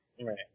Right